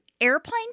Airplane